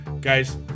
guys